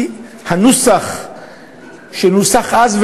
כי הנוסח שנוסח אז,